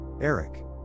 Eric